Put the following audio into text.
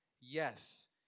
yes